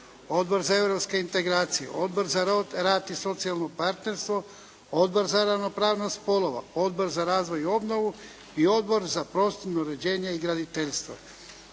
Odbor za europske integracije, Odbor za rad i socijalno partnerstvo, Odbor za ravnopravnost spolova, Odbor za razvoj i obnovu i Odbor za prostorno uređenje i graditeljstvo.